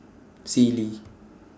Sealy